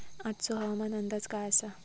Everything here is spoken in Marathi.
आजचो हवामान अंदाज काय आसा?